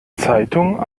zeitung